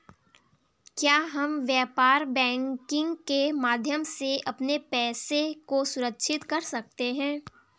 क्या हम व्यापार बैंकिंग के माध्यम से अपने पैसे को सुरक्षित कर सकते हैं?